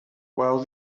while